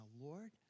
Lord